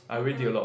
(uh huh)